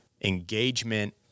engagement